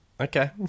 okay